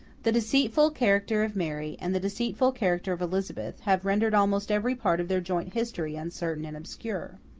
the deceitful character of mary, and the deceitful character of elizabeth, have rendered almost every part of their joint history uncertain and obscure.